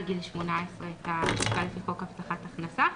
גיל 18 את הקצבה לפי חוק הבטחת הכנסה.